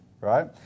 right